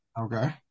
Okay